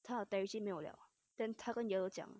她的 therachi 没有了 then 她跟 yellow 讲